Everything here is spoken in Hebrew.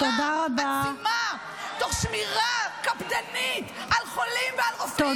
עצימה תוך שמירה קפדנית על חולים ועל רופאים.